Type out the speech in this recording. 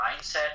mindset